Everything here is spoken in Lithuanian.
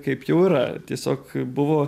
kaip jau yra tiesiog buvo